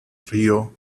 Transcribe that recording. río